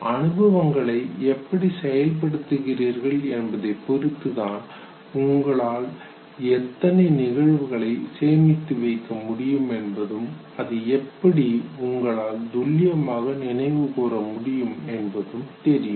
அனுபவங்களை எப்படி செயல்படுத்துகிறீர்கள் என்பதை பொறுத்து தான் உங்களால் எத்தனை நிகழ்வுகளை சேமித்து வைக்க முடியும் என்பதும் அது எப்படி உங்களால் துல்லியமாக நினைவு கூற முடியும் என்பதும் தெரியும்